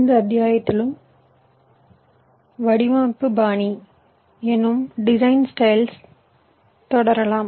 இந்த அத்தியாயத்திலும் வடிவமைப்பு பாணியுடன் தொடரலாம்